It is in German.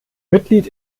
mitglied